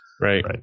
Right